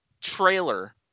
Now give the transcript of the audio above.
trailer